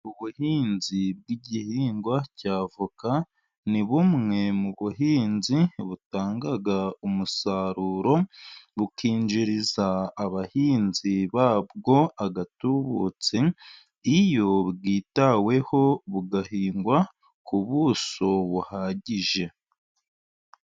Ubuhinzi bw'igihingwa cya voka, ni bumwe mu buhinzi butanga umusaruro, bukinjiriza abahinzi babwo agatubutse iyo bwitaweho bugahingwa ku buso buhagije.